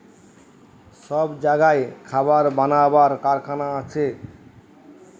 সব জাগায় খাবার বানাবার কারখানা আছে